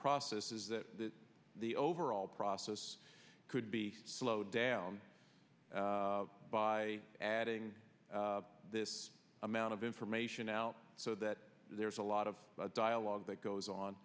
process is that the overall process could be slowed down by adding this amount of information out so that there's a lot of dialogue that goes on